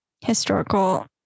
historical